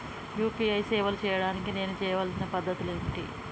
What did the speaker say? UPI సేవలు చేయడానికి నేను చేయవలసిన పద్ధతులు ఏమిటి?